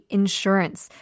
insurance